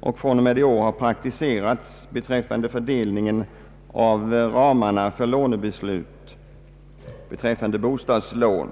och som från och med i år har praktiserats beträffande fördelningen av ramarna för beslut om bostadslån.